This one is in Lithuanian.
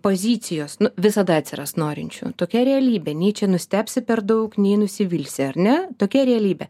pozicijos visada atsiras norinčių tokia realybė nei čia nustebsi per daug nei nusivilsi ar ne tokia realybė